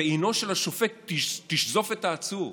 ועינו של השופט תשזוף את העצור.